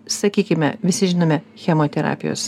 sakykime visi žinome chemoterapijos